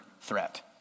threat